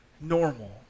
normal